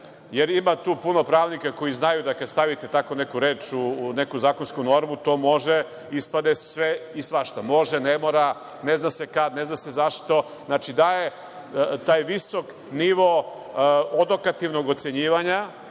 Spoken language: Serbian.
jer ima tu puno pravnika koji znaju da kada stavite tako neku reč u neku zakonsku normu to – može, ispade sve i svašta, može, ne mora, ne zna se kada, ne zna se zašto. Znači, daje taj visok nivo odokativnog ocenjivanja,